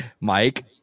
Mike